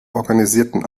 organisierten